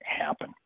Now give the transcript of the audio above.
happen